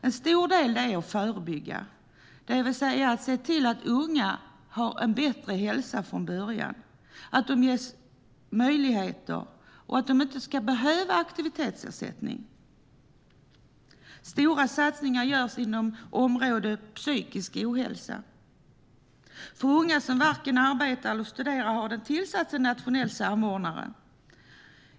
En stor del handlar om att förebygga, det vill säga att se till att unga har en bättre hälsa från början, att de ges möjligheter och att de inte ska behöva aktivitetsersättning. Stora satsningar görs inom området psykisk ohälsa. För unga som varken arbetar eller studerar har det tillsatts en nationell samordnare.